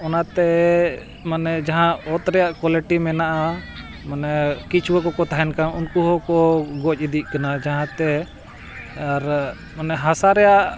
ᱚᱱᱟᱛᱮ ᱢᱟᱱᱮ ᱡᱟᱦᱟᱸ ᱚᱛ ᱨᱮᱱᱟᱜ ᱠᱚᱣᱟᱞᱤᱴᱤ ᱢᱮᱱᱟᱜᱼᱟ ᱢᱟᱱᱮ ᱠᱤᱪᱩᱣᱟᱹ ᱠᱚᱠᱚ ᱛᱟᱦᱮᱱ ᱠᱟᱱ ᱩᱱᱠᱩ ᱦᱚᱸᱠᱚ ᱜᱚᱡ ᱤᱫᱤᱜ ᱠᱟᱱᱟ ᱡᱟᱦᱟᱸᱛᱮ ᱟᱨ ᱢᱟᱱᱮ ᱦᱟᱥᱟ ᱨᱮᱱᱟᱜ